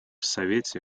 совете